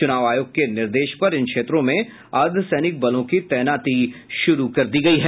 चुनाव आयोग के निर्देश पर इन क्षेत्रों में अर्द्वसैनिक बलों की तैनाती शुरू कर दी गयी है